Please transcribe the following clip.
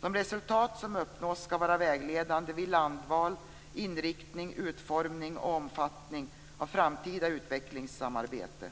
De resultat som uppnås skall vara vägledande vid landval, inriktning, utformning och omfattning av framtida utvecklingssamarbete.